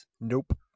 Nope